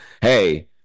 hey